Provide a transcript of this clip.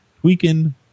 Tweaking